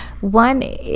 one